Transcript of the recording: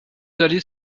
allées